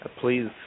please